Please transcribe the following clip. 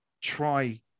try